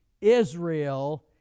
Israel